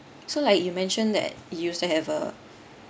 so like you mentioned that you used to have a